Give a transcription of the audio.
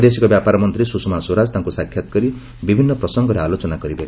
ବୈଦେଶିକ ବ୍ୟାପାର ମନ୍ତ୍ରୀ ସ୍ରଷମା ସ୍ୱରାଜ ତାଙ୍କୁ ସାକ୍ଷାତ କରି ବିଭିନ୍ନ ପ୍ରସଙ୍ଗରେ ଆଲୋଚନା କରିବେ